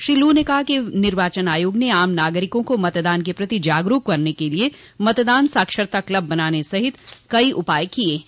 Shri Lu ने कहा कि निर्वाचन आयाग ने आम नागरिकों को मतदान के प्रति जागरूक करने के लिए मतदान साक्षरता क्लब बनाने सहित कई उपाय किये हैं